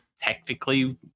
technically